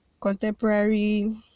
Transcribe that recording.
contemporary